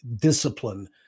discipline